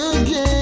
again